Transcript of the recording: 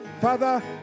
Father